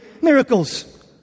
miracles